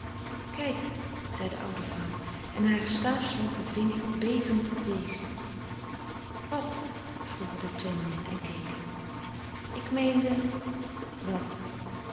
kijk zei de oude vrouw en haar staafslanke vinger bevende wees wat vroegen de twee mannen en keken ik meende